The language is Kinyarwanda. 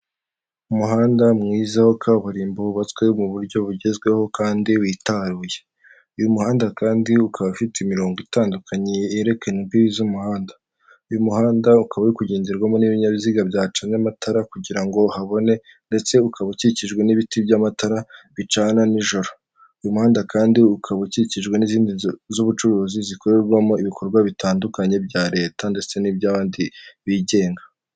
Umuhanda mwiza wa kaburimbo wubatswe mu buryo bugezweho kandi witaruye, uyu muhanda kandi ukaba ufite imirongo itandukanye yerekana imbibi z'umuhanda, uyu muhanda ukaba uri kugenderwamo n'ibyabiziga byacanye amatara kugira ngo habone ndetse ukaba ukikijwe n'ibiti by'amatara bicana nijoro. Uyu muhanda kandi ukaba ukikijwe n'izindi nzu z'ubucuruzi zikorerwamo ibikorwa bitandukanye bya leta ndetse n'iby'abandi bigenga.